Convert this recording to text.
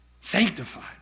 Sanctified